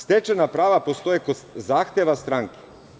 Stečena prava postoje kod zahteva stranke.